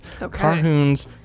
Carhoon's